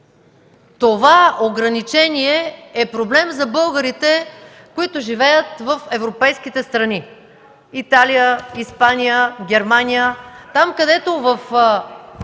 това ограничение е проблем за българите, които живеят в европейските страни – Италия, Испания, Германия, там където в